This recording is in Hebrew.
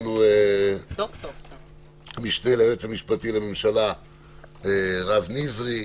המשנה ליועמ"ש לממשלה רז נזרי.